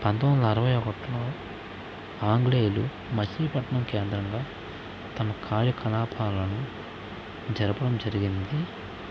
పంతొమ్మిది వందల అరవై ఒకట్లో ఆంగ్లేయులు మచిలీపట్నం కేంద్రంలో తమ కార్యకలాపాలను జరపడం జరిగింది